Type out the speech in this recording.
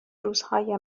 روزهای